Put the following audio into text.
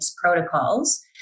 protocols